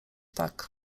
tak